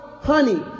honey